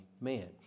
man